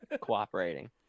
cooperating